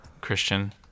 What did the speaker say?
christian